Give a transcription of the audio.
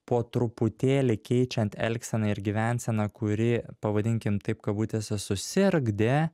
po truputėlį keičiant elgseną ir gyvenseną kuri pavadinkim taip kabutėse susirgdė